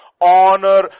honor